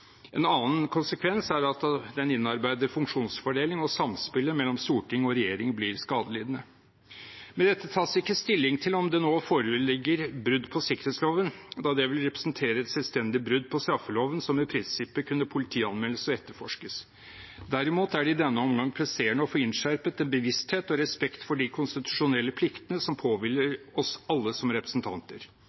En annen konsekvens er at den innarbeidede funksjonsfordeling og samspillet mellom storting og regjering blir skadelidende. Med dette tas det ikke stilling til om det nå foreligger brudd på sikkerhetsloven, da det vil representere et selvstendig brudd på straffeloven som i prinsippet kunne politianmeldes og etterforskes. Derimot er det i denne omgang presserende å få innskjerpet en bevissthet og respekt for de konstitusjonelle pliktene som påhviler oss alle som representanter.